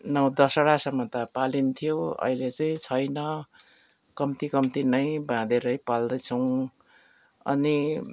नौ दसवटासम्म त पालिन्थ्यो अहिले चाहिँ छैन कम्ती कम्ती नै बाँधेरै पाल्दछौँ अनि